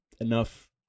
enough